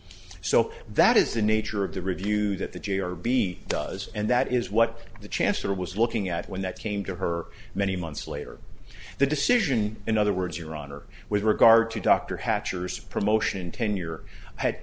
so that is the nature of the review that the j or b does and that is what the chancellor was looking at when that came to her many months later the decision in other words your honor with regard to dr hatcher's promotion tenure had